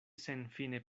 senfine